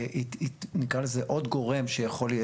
נקרא לזה עוד גורם שיכול,